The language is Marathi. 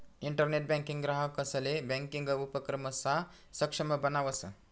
इंटरनेट बँकिंग ग्राहकंसले ब्यांकिंग उपक्रमसमा सक्षम बनावस